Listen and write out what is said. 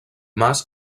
mas